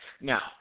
Now